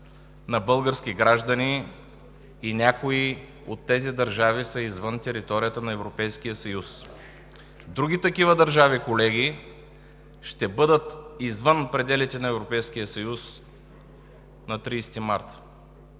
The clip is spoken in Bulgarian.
на български граждани и някои от тези държави са извън територията на Европейския съюз. Други такива държави, колеги, ще бъдат извън пределите на Европейския съюз на 30 март